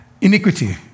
Iniquity